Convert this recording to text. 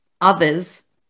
others